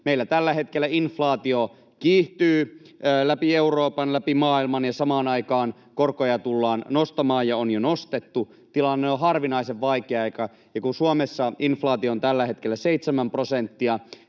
Meillä tällä hetkellä inflaatio kiihtyy läpi Euroopan, läpi maailman, ja samaan aikaan korkoja tullaan nostamaan ja on jo nostettu. Tilanne on harvinaisen vaikea. Ja kun Suomessa inflaatio on tällä hetkellä seitsemän prosenttia,